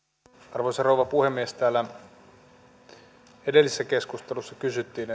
arvoisa rouva puhemies täällä edellisessä keskustelussa kysyttiin